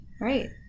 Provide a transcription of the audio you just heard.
Right